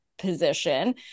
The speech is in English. position